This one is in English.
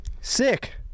sick